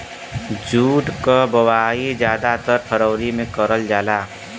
jute क बोवाई जादातर फरवरी में करल जाला